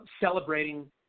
celebrating